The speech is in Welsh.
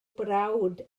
brawd